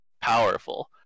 powerful